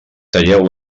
talleu